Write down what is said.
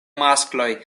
maskloj